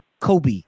Kobe